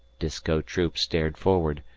disko troop stared forward,